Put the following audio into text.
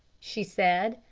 she said.